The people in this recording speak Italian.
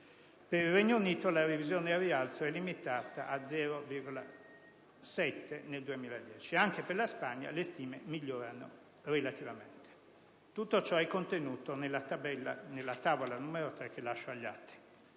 Per il Regno Unito, la previsione al rialzo è limitata a 0,7 punti percentuali nel 2010. Anche per la Spagna le stime migliorano relativamente. Tutto ciò è contenuto nella Tavola n. 3, che allegherò agli atti.